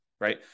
right